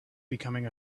becoming